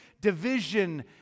division